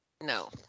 No